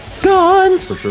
Guns